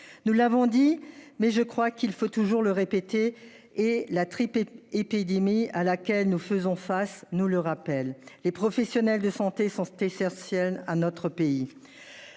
nous l'avons dit mais je crois qu'il faut toujours le répéter et la triple épidémie à laquelle nous faisons face, nous le rappelle, les professionnels de santé sont cités certes tiennent à notre pays.